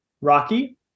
rocky